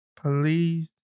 please